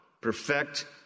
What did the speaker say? perfect